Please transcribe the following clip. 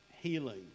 healing